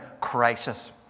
crisis